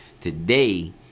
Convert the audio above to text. today